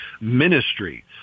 ministry